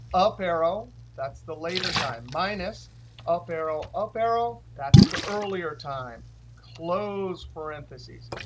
up arrow that's the later time minus up arrow, up arrow that's the earlier time close parentheses.